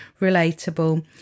relatable